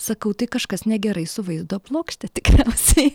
sakau tai kažkas negerai su vaizdo plokšte tikriausiai